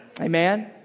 Amen